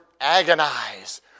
agonize